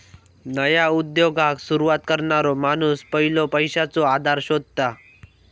नया उद्योगाक सुरवात करणारो माणूस पयलो पैशाचो आधार शोधता